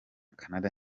canada